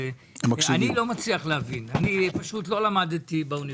אבל אני לא מצליח לא להבין; אני לא למדתי באוניברסיטה.